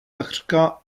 takřka